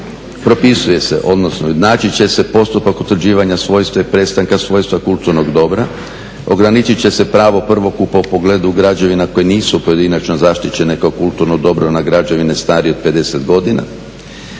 propisuje se odnosno naći će se postupak utvrđivanja svojstva i prestanka svojstva kulturnog dobra, ograničit će se pravo prvokupa u pogledu građevina koje nisu pojedinačno zaštićene kao kulturno dobro na građevine starije od 50 godina.